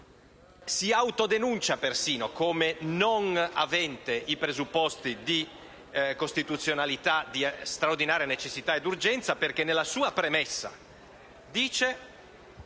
si autodenuncia persino come non avente i presupposti di costituzionalità di straordinaria necessità e urgenza, perché nella sua premessa dice